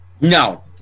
No